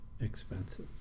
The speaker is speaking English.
expensive